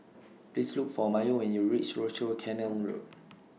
Please Look For Mayo when YOU REACH Rochor Canal Road